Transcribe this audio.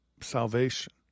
salvation